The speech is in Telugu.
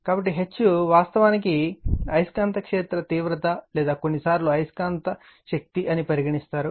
కాబట్టి H వాస్తవానికి అయస్కాంత క్షేత్ర తీవ్రత లేదా కొన్నిసార్లు అయస్కాంత శక్తి అని పరిగణిస్తారు